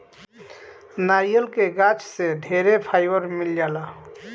नारियल के गाछ से ढेरे फाइबर मिल जाला